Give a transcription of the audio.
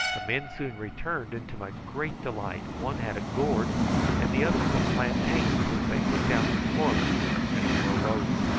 the men soon returned, and to my great delight one had a gourd and the other some plantains, which they put down before me in a morose,